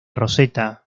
roseta